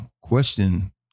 question